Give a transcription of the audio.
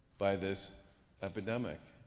by this epidemic.